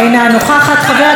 חבר הכנסת מאיר כהן,